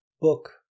book